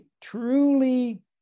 truly